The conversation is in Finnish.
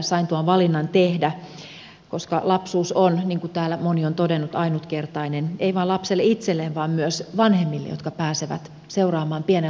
sain tuon valinnan tehdä koska lapsuus on niin kuin täällä moni on todennut ainutkertainen ei vain lapselle itselleen vaan myös vanhemmille jotka pääsevät seuraamaan pienen lapsen kasvua